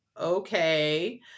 okay